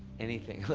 anything,